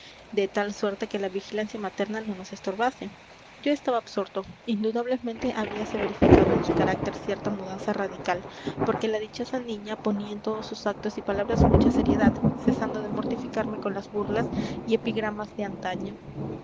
de tal suerte que la vigilancia materna no nos estorbase yo estaba absorto indudablemente habíase verificado en su carácter cierta mudanza radical porque la dichosa niña ponía en todos sus actos y palabras mucha seriedad cesando de mortificarme con las burlas y epigramas de antaño